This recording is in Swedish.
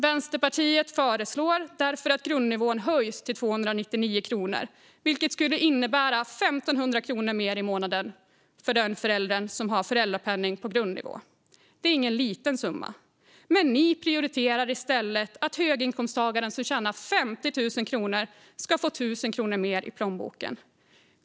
Vänsterpartiet föreslår därför att grundnivån höjs till 299 kronor, vilket skulle innebära 1 500 kronor mer i månaden för den som har föräldrapenning på grundnivå. Det är ingen liten summa. Ni prioriterar i stället att höginkomsttagaren som tjänar över 50 000 kronor ska få 1 000 kronor mer i plånboken.